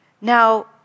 Now